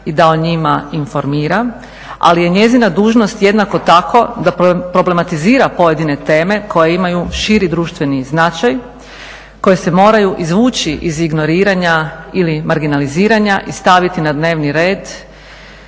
i da o njima informira ali je njezina dužnost jednako tako da problematizira pojedine teme koje imaju širi društveni značaj, koje se moraju izvući iz ignoriranja ili marginaliziranja i staviti na dnevni red